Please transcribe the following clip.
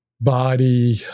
body